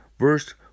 Verse